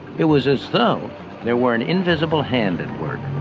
it was as though there were an invisible hand at work.